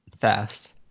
fast